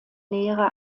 lehre